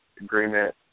agreement